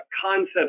concepts